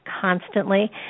constantly